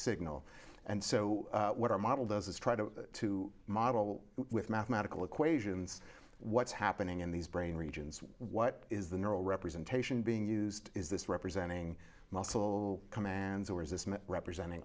signal and so what our model does is try to model with mathematical equations what's happening in these brain regions what is the neural representation being used is this representing muscle commands or is this meant representing